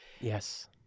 yes